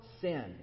sin